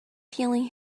feeling